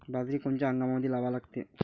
बाजरी कोनच्या हंगामामंदी लावा लागते?